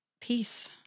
peace